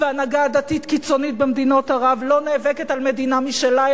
וההנהגה הדתית הקיצונית במדינות ערב לא נאבקת על מדינה משלה,